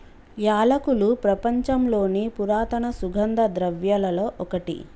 యాలకులు ప్రపంచంలోని పురాతన సుగంధ ద్రవ్యలలో ఒకటి